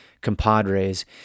compadres